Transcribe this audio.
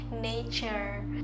nature